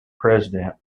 president